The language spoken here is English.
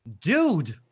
Dude